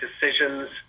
decisions